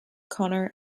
connor